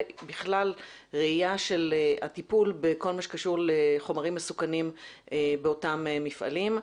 בכלל ראייה של הטיפול בכל מה שקשור לחומרים מסוכנים באותם מפעלים.